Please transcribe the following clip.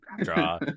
draw